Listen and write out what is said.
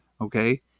Okay